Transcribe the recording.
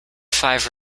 five